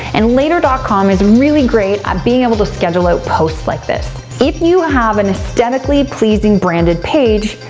and later dot com is really great at being able to schedule out posts like this. if you have an aesthetically pleasing, branded page,